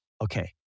Okay